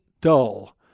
dull